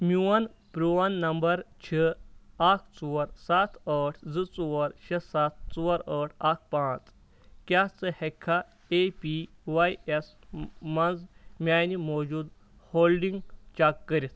میٚون پرون نمبر چھُ اکھ ژور سَتھ ٲٹھ زٕ ژور شیٚے سَتھ ژورٲٹھ اکھ پانٛژھ، کیٛاہ ژٕ ہیٚککھا اے پی واے ایٚس مَنٛز میٚانہِ موٗجوٗدٕ ہولڈنگ چیٚک کٔرِتھ؟